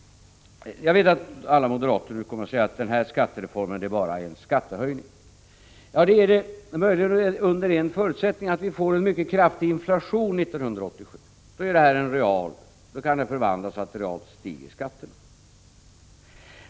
Jag vet att alla moderater nu kommer att säga att den här skattereformen bara innebär en skattehöjning. Under en förutsättning, nämligen att vi får en mycket kraftig inflation 1987, kan denna reform medföra att skatterna reellt stiger.